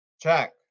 Check